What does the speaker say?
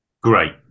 Great